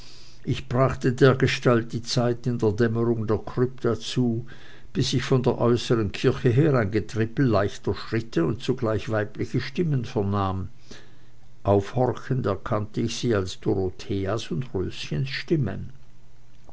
ich brachte dergestalt die zeit in der dämmerung der krypta zu bis ich von der äußeren kirche her ein getrippel leichter schritte und zugleich weibliche stimmen vernahm aufhorchend erkannte ich sie als dorotheas und röschens stimmen